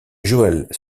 joël